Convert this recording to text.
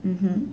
mmhmm